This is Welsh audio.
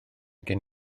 gen